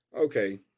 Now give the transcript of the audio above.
okay